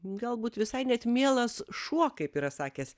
galbūt visai net mielas šuo kaip yra sakęs